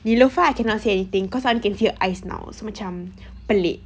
neelofa I cannot say anything cause I can only see her eyes now so macam pelik